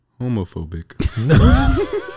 homophobic